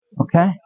Okay